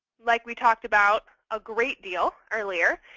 like we talked about a great deal earlier,